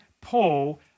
Paul